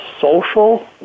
social